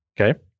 Okay